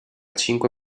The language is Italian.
cinque